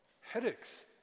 headaches